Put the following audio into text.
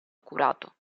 accurato